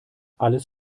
alles